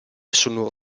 sono